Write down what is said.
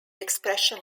expression